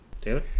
Taylor